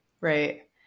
Right